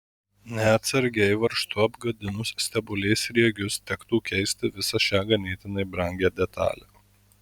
neatsargiai varžtu apgadinus stebulės sriegius tektų keisti visą šią ganėtinai brangią detalę